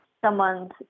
someone's